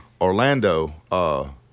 Orlando